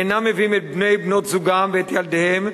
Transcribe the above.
אינם מביאים את בני/בנות-זוגם ואת ילדיהם,